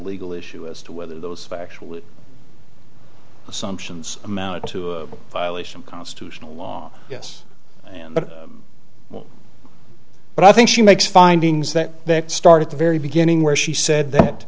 legal issue as to whether those factual assumptions amounted to a violation of constitutional law yes and but i think she makes findings that start at the very beginning where she said that